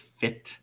fit